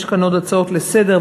יש כאן עוד הצעות לסדר-היום,